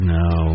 no